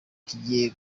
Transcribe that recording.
kigiye